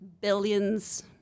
billions